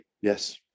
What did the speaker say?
Yes